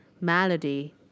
Malady